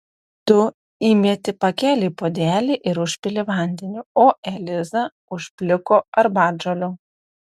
tu įmeti pakelį į puodelį ir užpili vandeniu o eliza užpliko arbatžolių